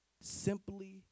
Simply